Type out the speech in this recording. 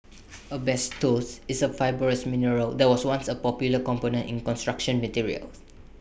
asbestos is A fibrous mineral that was once A popular component in construction materials